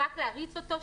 רק להריץ אותו.